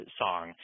song